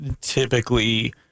typically